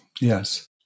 yes